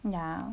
ya